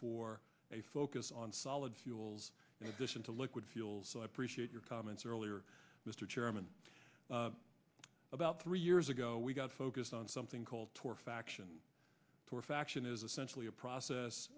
for a focus on solid fuels and addition to liquid fuels so i appreciate your comments earlier mr chairman about three years ago we got focused on something called tor faction or faction is essentially a process